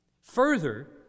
Further